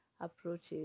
approaches